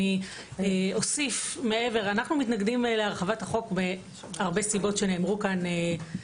אוסיף אנו מתנגדים להרחבת החוק מסיבות רבות שנאמרו פה.